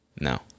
No